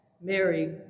Mary